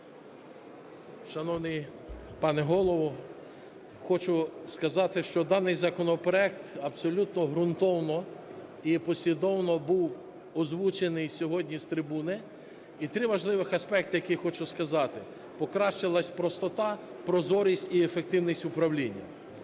Шановний пане Голово, хочу сказати, що даний законопроект абсолютно ґрунтовно і послідовно був озвучений сьогодні з трибуни, і три важливих аспекти, які я хочу сказати, покращилася простота, прозорість і ефективність управління.